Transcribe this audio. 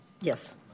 Yes